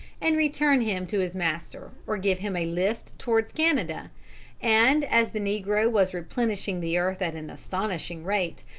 and return him to his master or give him a lift towards canada and, as the negro was replenishing the earth at an astonishing rate,